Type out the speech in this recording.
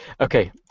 Okay